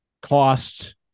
cost